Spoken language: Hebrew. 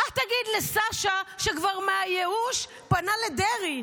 מה תגיד לסשה שמהייאוש כבר פנה לדרעי?